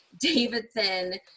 Davidson